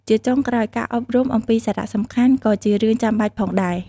ជាចុងក្រោយ ការអប់រំអំពីសារៈសំខាន់ ក៏ជារឿងចាំបាច់ផងដែរ។